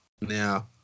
now